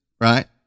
right